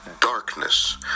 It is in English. darkness